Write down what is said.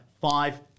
five